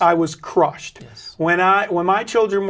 i was crushed when i when my children